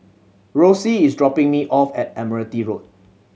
Rosie is dropping me off at Admiralty Road